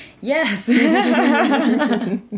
Yes